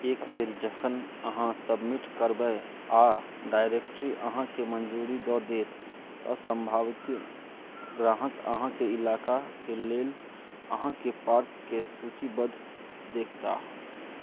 एक बेर जखन अहाँ सबमिट करबै आओर डायरेक्टरी अहाँके मन्जूरी दऽ देत तऽ सम्भावित ग्राहक अहाँके इलाकाके लेल अहाँके पार्कके सूचीबद्ध देखताह